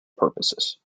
purposes